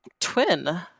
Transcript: twin